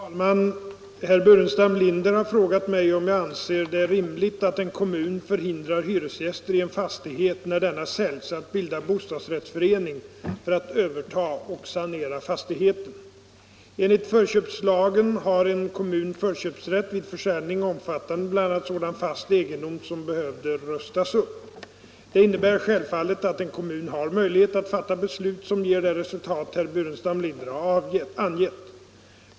Herr talman! Herr Burenstam Linder har frågat mig om jag anser det rimligt att en kommun förhindrar hyresgäster i en fastighet, när denna säljs, att bilda bostadsrättsförening för att överta och sanera fastigheten. köpsrätt vid försäljning omfattande bl.a. sådan fast egendom som behöver rustas upp. Det innebär självfallet att en kommun har möjlighet att fatta beslut som ger det resultat herr Burenstam Linder har angett.